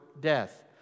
death